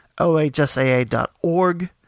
ohsaa.org